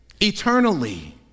Eternally